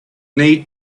need